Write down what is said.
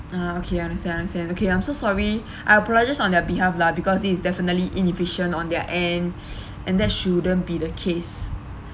ah okay understand understand okay I'm so sorry I apologize on their behalf lah because this is definitely inefficient on their end and that shouldn't be the case